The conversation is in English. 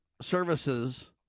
services